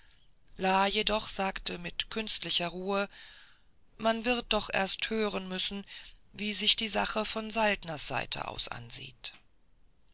jedoch sagte mit künstlicher ruhe man wird doch erst hören müssen wie sich die sache von saltners seite aus ansieht